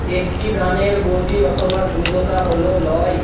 একটি গানের গতি অথবা দ্রুততা হলো লয়